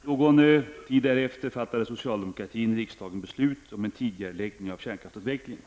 Någon tid därefter fattade socialdemokratin och riksdagen beslut om en tidigareläggning av kärnkraftsavvecklingen.